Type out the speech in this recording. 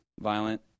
violent